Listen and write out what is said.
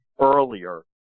earlier